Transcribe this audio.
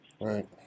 right